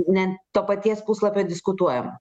ne to paties puslapio diskutuojam